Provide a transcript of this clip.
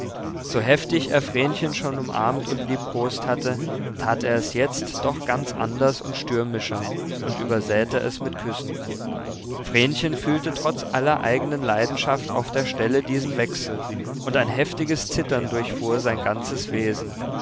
so heftig er vrenchen schon umarmt und liebkost hatte tat er es jetzt doch ganz anders und stürmischer und übersäte es mit küssen vrenchen fühlte trotz aller eigenen leidenschaft auf der stelle diesen wechsel und ein heftiges zittern durchfuhr sein ganzes wesen